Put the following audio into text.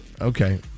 Okay